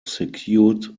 secured